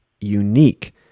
unique